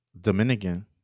Dominican